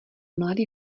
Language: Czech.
mladý